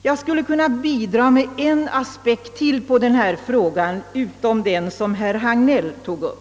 Jag skulle kunna bidra med ytterligare en aspekt på denna fråga utöver den som herr Hagnell berörde.